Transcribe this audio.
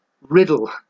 riddle